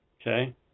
Okay